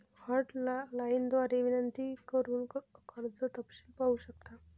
hotline द्वारे विनंती करून कर्ज तपशील पाहू शकता